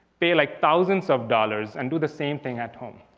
pay like thousands of dollars and do the same thing at home.